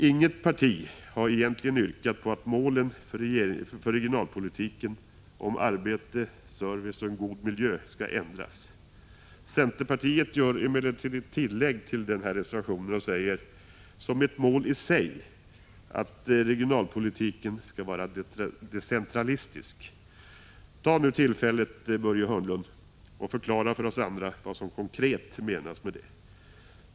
Inget parti har egentligen yrkat på att målen för regionalpolitiken om arbete, service och en god miljö skall ändras. Centerpartiet gör emellertid ett tillägg i den här reservationen och säger, som ett mål i sig, att regionalpolitiken skall vara decentralistisk. Ta nu tillfället, Börje Hörnlund, och förklara för oss andra vad som konkret menas med det!